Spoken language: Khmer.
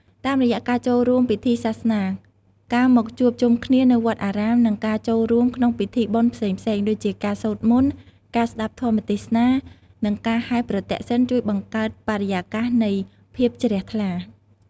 តាមរយៈការចូលរួមពិធីសាសនា ការមកជួបជុំគ្នានៅវត្តអារាម និងការចូលរួមក្នុងពិធីបុណ្យផ្សេងៗ ដូចជាការសូត្រមន្ត ការស្ដាប់ធម៌ទេសនា និងការហែរប្រទក្សិណ ជួយបង្កើតបរិយាកាសនៃភាពជ្រះថ្លា។